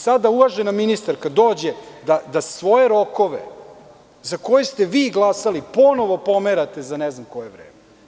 Sada uvažena ministarka dođe da svoje rokove, za koje ste vi glasali, ponovo pomerate za ne znam koje vreme.